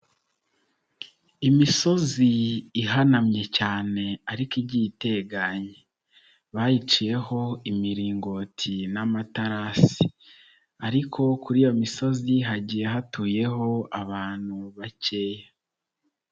Imisozi ihanamye cyane ariko igiye itaganye, bayiciyeho imiringoti n'amaterasi ariko kuri iyo misozi hagiye hatuyeho abantu bakeya.